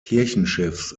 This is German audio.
kirchenschiffs